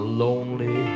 lonely